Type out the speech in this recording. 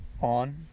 on